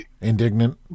indignant